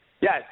Yes